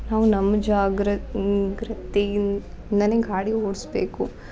ನಾವು ನಮ್ಮ ಜಾಗ್ರ ಗ್ರತಿಯಿನ್ ನನಗ್ ಗಾಡಿ ಓಡಿಸ್ಬೇಕು